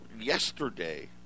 yesterday